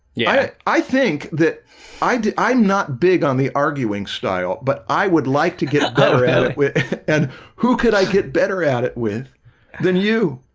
yeah, i think that i did i'm not big on the arguing style but i would like to get better at it and who could i get better at it with than you?